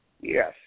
Yes